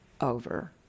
over